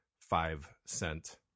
five-cent